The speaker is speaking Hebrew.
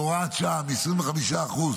בהוראת שעה,